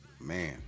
Man